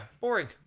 boring